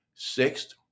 Sixth